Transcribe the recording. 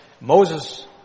Moses